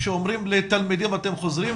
שאומרים לתלמידים: אתם חוזרים,